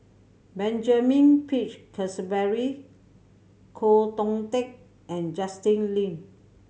Benjamin Peach Keasberry Koh Dong Teck and Justin Lean